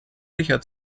sicher